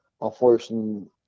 unfortunately